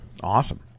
awesome